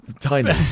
tiny